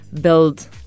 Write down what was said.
build